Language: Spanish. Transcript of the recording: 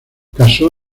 casó